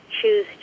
choose